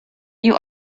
you